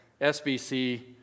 SBC